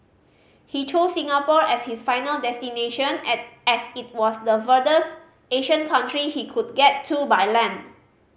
he chose Singapore as his final destination and as it was the furthest Asian country he could get to by land